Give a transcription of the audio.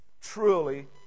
truly